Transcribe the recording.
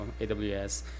AWS